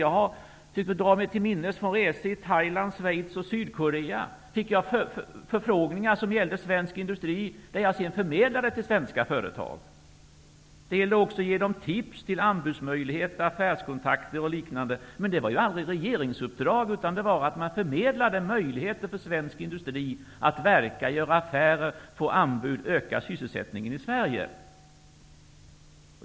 Jag drar mig till minnes från resor i Thailand, Schweiz och Sydkorea att jag fick förfrågningar som gällde svensk industri som jag sedan förmedlade till svenska företag. Det gällde också att ge tips om anbudsmöjligheter, affärskontakter m.m. Men det var aldrig fråga om regeringsuppdrag, utan man förmedlade möjligheter för svensk industri att verka, göra affärer, få anbud och öka sysselsättningen i Sverige.